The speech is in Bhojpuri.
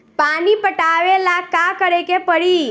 पानी पटावेला का करे के परी?